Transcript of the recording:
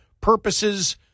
purposes